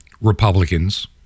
Republicans